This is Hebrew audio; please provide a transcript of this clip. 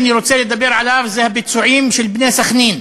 שאני רוצה לדבר עליו הוא הביצועים של "בני סח'נין".